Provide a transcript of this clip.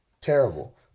Terrible